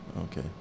okay